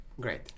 great